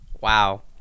wow